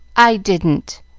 i didn't!